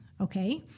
Okay